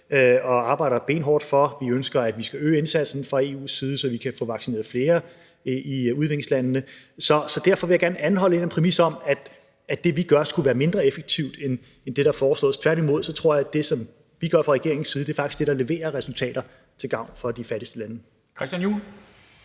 og arbejder benhårdt for. Vi ønsker, at vi fra EU's side skal øge indsatsen, så vi kan få vaccineret flere i udviklingslandene. Derfor vil jeg gerne anholde den præmis, at det, vi gør, skulle være mindre effektivt end det, der foreslås her. Tværtimod tror jeg, at det, som vi gør fra regeringens side, faktisk er det, der leverer resultater til gavn for de fattigste lande. Kl.